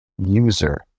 User